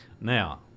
Now